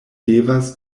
devas